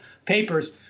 papers